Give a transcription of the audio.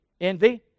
Envy